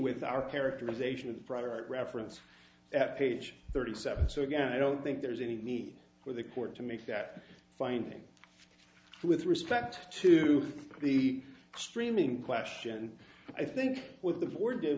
with our characterization of the product reference at page thirty seven so again i don't think there's any need for the court to make that finding with respect to the streaming question i think with the board